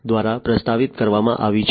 દ્વારા પ્રસ્તાવિત કરવામાં આવી છે